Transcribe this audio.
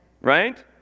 right